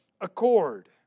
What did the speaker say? accord